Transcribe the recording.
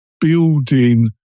building